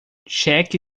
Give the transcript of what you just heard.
cheque